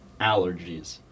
allergies